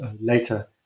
later